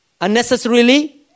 unnecessarily